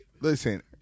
listen